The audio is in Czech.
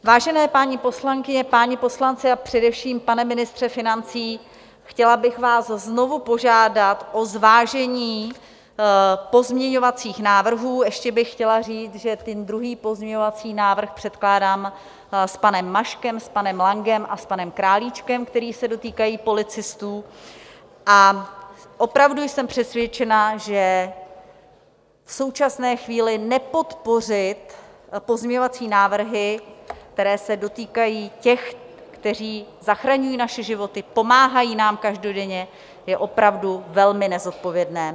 Vážené paní poslankyně, páni poslanci, a především pane ministře financí, chtěla bych vás znovu požádat o zvážení pozměňovacích návrhů ještě bych chtěla říct, že ten druhý pozměňovací návrh předkládám s panem Maškem, panem Langem a panem Králíčkem, který se dotýká policistů a opravdu jsem přesvědčená, že v současné chvíli nepodpořit pozměňovací návrhy, které se dotýkají těch, kteří zachraňují naše životy, pomáhají nám každodenně, je opravdu velmi nezodpovědné.